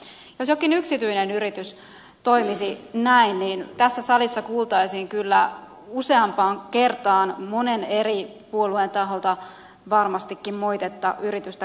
jos jokin yksityinen yritys toimisi näin niin tässä salissa kuultaisiin kyllä useampaan kertaan monen eri puolueen taholta varmastikin moitetta yritystä kohtaan